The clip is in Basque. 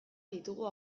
ditugu